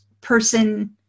person